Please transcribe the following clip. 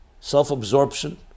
Self-absorption